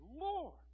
Lord